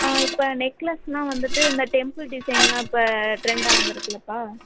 ஆ இப்போ நெக்லஸ்யெலாம் வந்துட்டு இந்த டெம்புள் டிசைனெலாம் இப்போ ட்ரெண்டாக வந்திருக்கு இல்லைப்பா